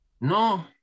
No